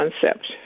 concept